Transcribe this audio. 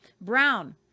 brown